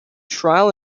trial